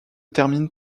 terminent